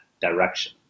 direction